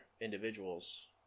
individuals